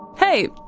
hey,